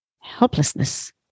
helplessness